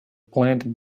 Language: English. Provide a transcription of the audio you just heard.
planted